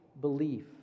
belief